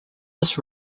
this